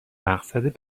مقصد